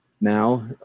now